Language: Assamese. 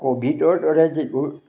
ক'ভিডৰ দৰে যিবোৰ